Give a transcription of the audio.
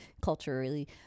culturally